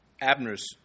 Abner's